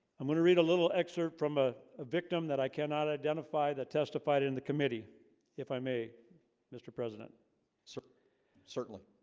i'm going to read a little excerpt from ah a victim that i cannot identify that testified in the committee if i may mr. president sir certainly